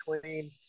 clean